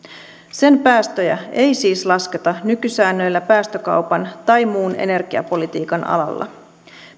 sen päästöjä ei siis lasketa nykysäännöillä päästökaupan tai muun energiapolitiikan alalla